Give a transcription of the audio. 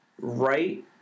Right